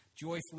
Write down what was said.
joyfully